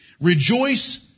rejoice